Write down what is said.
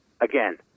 Again